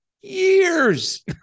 years